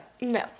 No